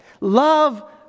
Love